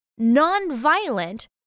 nonviolent